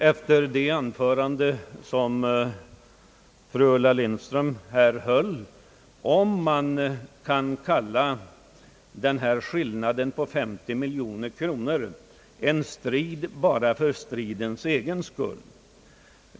Efter det anförande som fru Ulla Lindström här höll vet jag inte om man kan kalla denna skillnad på 50 miljoner kronor en strid bara för stridens egen skull.